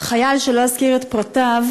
חייל שלא אזכיר את פרטיו